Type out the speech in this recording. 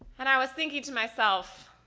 and i was thinking to myself,